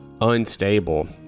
unstable